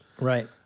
Right